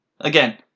Again